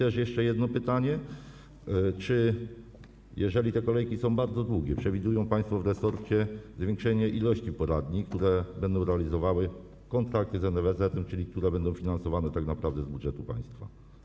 I jeszcze jedno pytanie: Czy jeżeli te kolejki są bardzo długie, przewidują państwo w resorcie zwiększenie ilości poradni, które będą realizowały kontrakty z NFZ, czyli które będą finansowane tak naprawdę z budżetu państwa?